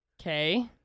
Okay